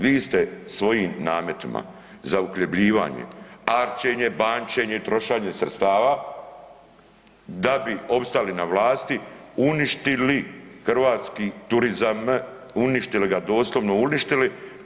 Vi ste svojim nametima za uhljebljivanje, arčenje, bančenje, trošenje sredstava, da bi opstali na vlasti uništili turizam, uništili ga, doslovno uništili.